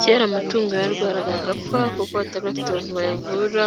Kera amatungo yararwaraga agapfa ,kuko atari afite abantu bayavura